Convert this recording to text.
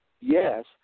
Yes